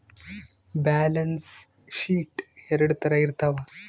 balance sheet ಎರಡ್ ತರ ಇರ್ತವ